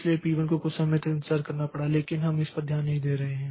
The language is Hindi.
इसलिए P1 को कुछ समय तक इंतजार करना पड़ा लेकिन हम इस पर ध्यान नहीं दे रहे हैं